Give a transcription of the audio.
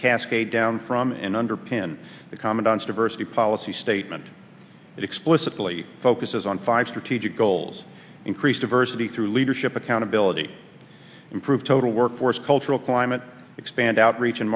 cascade down from and underpin the commandant's diversity policy statement that explicitly focuses on five strategic goals increase diversity through leadership accountability improve total workforce cultural climate expand outreach and